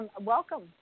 welcome